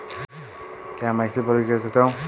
क्या मैं LIC policy कर सकता हूं?